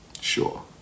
Sure